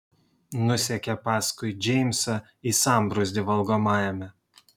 nusekė paskui džeimsą į sambrūzdį valgomajame